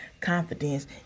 confidence